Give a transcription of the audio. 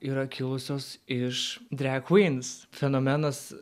yra kilusios iš drag queens fenomenas